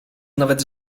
nawet